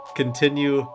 continue